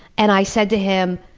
and i said to him,